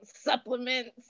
supplements